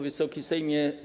Wysoki Sejmie!